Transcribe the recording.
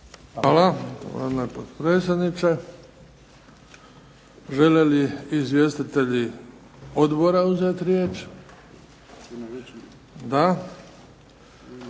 Hvala vam potpredsjedniče. Žele li izvjestitelji odbora uzeti riječ? Da.